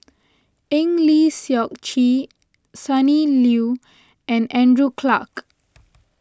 Eng Lee Seok Chee Sonny Liew and Andrew Clarke